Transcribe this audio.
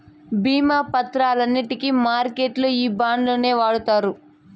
భీమా పత్రాలన్నింటికి మార్కెట్లల్లో ఈ బాండ్లనే వాడుతారు